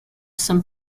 some